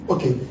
Okay